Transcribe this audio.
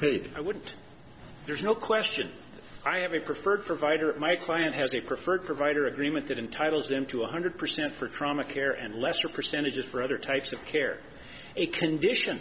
paid i wouldn't there's no question i have a preferred provider my client has a preferred provider agreement that entitles them to one hundred percent for trauma care and lesser percentages for other types of care a condition